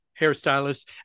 hairstylist